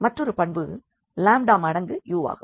மற்றொரு பண்பு லாம்டா மடங்கு u வாகும்